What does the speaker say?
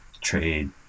trade